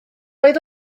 oedd